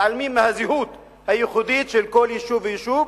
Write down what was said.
מתעלמים מהזהות הייחודית של כל יישוב ויישוב,